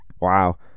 wow